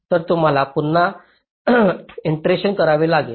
तर तुम्हाला पुन्हा इट्रेशन करावे लागेल